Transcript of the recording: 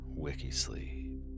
Wikisleep